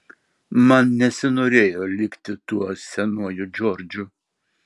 man nesinorėjo likti tuo senuoju džordžu